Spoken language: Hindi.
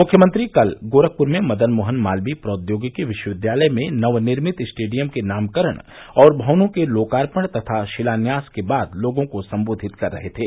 मुख्यमंत्री कल गोरखपुर में मदन मोहन मालवीय प्रौद्योगिकी विश्वविद्यालय में नवनिर्मित स्टेडियम के नामकरण और भवनों के लोकार्पण तथा शिलान्यास के बाद लोगों को सम्बोधित कर रहे थे